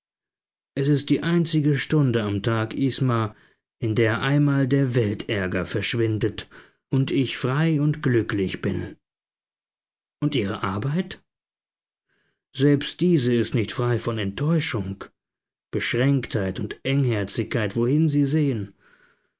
es ist die einzige stunde am tag isma in der einmal der weltärger verschwindet und ich frei und glücklich bin und ihre arbeit selbst diese ist nicht frei von enttäuschung beschränktheit und engherzigkeit wohin sie sehen